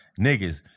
Niggas